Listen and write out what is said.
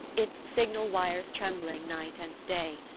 its signal-wires trembling night and day.